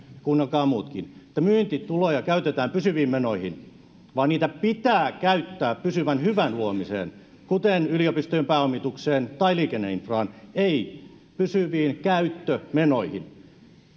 kuunnelkaa muutkin että myyntituloja käytetään pysyviin menoihin vaan niitä pitää käyttää pysyvän hyvän luomiseen kuten yliopistojen pääomitukseen tai liikenneinfraan ei pysyviin käyttömenoihin